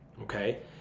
okay